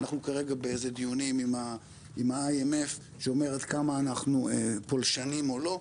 אנחנו כרגע בדיונים עם ה-IMF שאומרת כמה אנחנו פולשנים או לא.